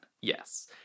Yes